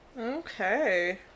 Okay